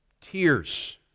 Tears